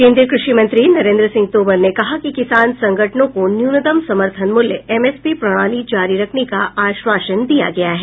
केंद्रीय कृषि मंत्री नरेंद्र सिंह तोमर ने कहा कि किसान संगठनों को न्यूनतम समर्थन मूल्य एमएसपी प्रणाली जारी रखने का आश्वासन दिया गया है